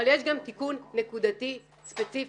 אבל יש גם תיקון נקודתי, ספציפי,